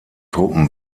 truppen